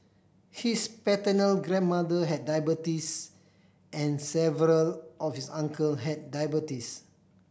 his paternal grandmother had diabetes and several of his uncle had diabetes